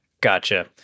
Gotcha